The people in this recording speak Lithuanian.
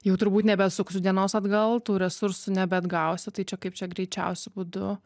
jau turbūt nebesuksiu dienos atgal tų resursų nebeatgausiu tai čia kaip čia greičiausiu būdu